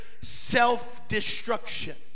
self-destruction